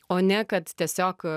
o ne kad tiesiog